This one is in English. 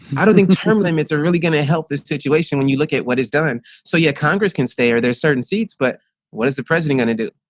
i don't think term limits are really going to help the situation when you look at what is done. so yeah, congress can stay are there certain seats, but what is the president gonna do?